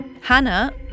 Hannah